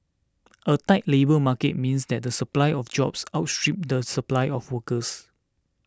a tight labour market means that the supply of jobs outstrip the supply of workers